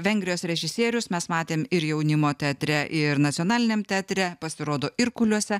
vengrijos režisierius mes matėm ir jaunimo teatre ir nacionaliniam teatre pasirodo irkuliuose